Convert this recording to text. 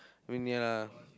I mean ya lah